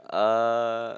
uh